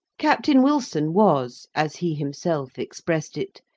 captain wilson was, as he himself expressed it,